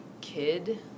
kid